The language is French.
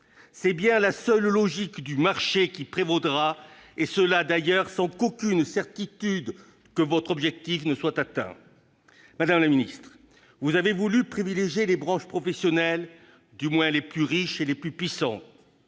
C'est bien la seule logique de marché qui prévaudra et cela sans aucune certitude que votre objectif soit atteint. Madame la ministre, vous avez voulu privilégier les branches professionnelles, du moins les plus riches et les plus puissantes.